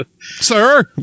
Sir